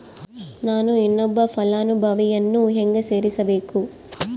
ನಾನು ಇನ್ನೊಬ್ಬ ಫಲಾನುಭವಿಯನ್ನು ಹೆಂಗ ಸೇರಿಸಬೇಕು?